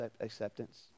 acceptance